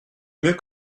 mieux